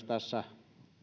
tässä